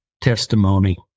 testimony